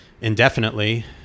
indefinitely